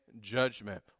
judgment